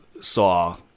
saw